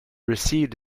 received